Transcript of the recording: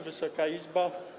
Wysoka Izbo!